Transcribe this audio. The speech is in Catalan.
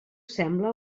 sembla